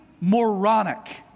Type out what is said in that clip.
moronic